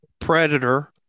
Predator